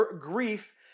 Grief